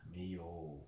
没有